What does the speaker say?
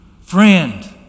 friend